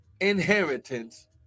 inheritance